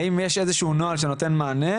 האם יש איזה שהוא נוהל שנותן מענה.